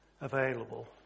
available